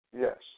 Yes